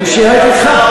הוא שירת אתך?